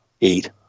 eight